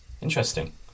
Interesting